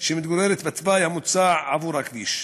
שמתגוררת בתוואי המוצע עבור הכביש.